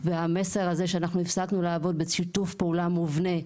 והמסר הזה שאנחנו הפסקנו לעבוד בשיתוף פעולה מובנה,